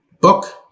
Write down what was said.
book